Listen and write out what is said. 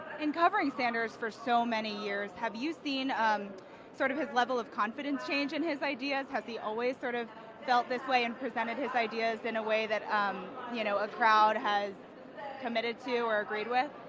in covering sanders for so many years, have you seen um sort of a level of confidence change in his ideas? has he always sort of felt this way and presented his ideas in a way that um you know a crowd has submitted to or agreed with?